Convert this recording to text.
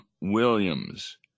Williams